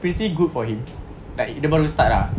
pretty good for him like dia baru start ah